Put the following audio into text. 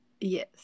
Yes